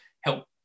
help